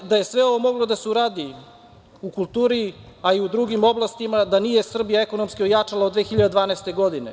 Da li mislite da je sve ovo moglo da se uradi u kulturi, a i u drugim oblastima, da nije Srbija ekonomski ojačala od 2012. godine?